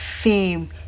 fame